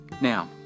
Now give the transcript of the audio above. Now